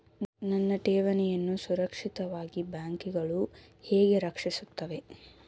ನನ್ನ ಠೇವಣಿಯನ್ನು ಸುರಕ್ಷಿತವಾಗಿ ಬ್ಯಾಂಕುಗಳು ಹೇಗೆ ರಕ್ಷಿಸುತ್ತವೆ?